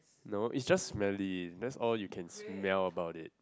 no it's just smelly that's all you can smell about it